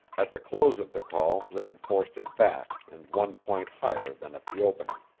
at the close of the call they had forced it back and one point higher than at the opening.